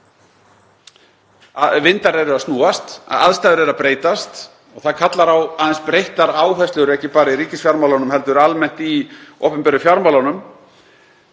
vindar eru að snúast, að aðstæður eru að breytast og það kallar á aðeins breyttar áherslur, ekki bara í ríkisfjármálum heldur almennt í opinberum fjármálum.